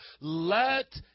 let